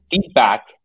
feedback